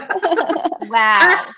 Wow